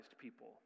people